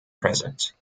present